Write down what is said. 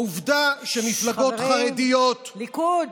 העובדה היא שמפלגות חרדיות, חברים, ליכוד.